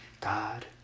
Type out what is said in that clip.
God